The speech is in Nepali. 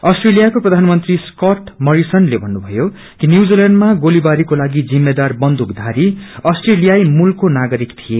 आस्ट्रेलियको प्रधानमंत्री स्काट मारिसनले भन्नुभयो कि न्यजीलैण्डमा गोलीबारीको लागि जिम्मेदर बंदूकधारी आस्ट्रेलियाई मूलको नागरिक थिए